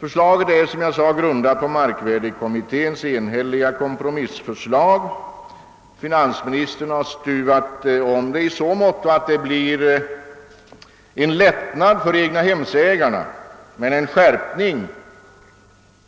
Förslaget är, som sagt, grundat på <markvärdekommitténs <enhälliga kompromissförslag. Finansministern har stuvat om detta i så måtto att det blir en lättnad för egnahemsägarna men en skärpning,